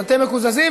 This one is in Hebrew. אז אתם מקוזזים.